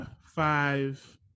five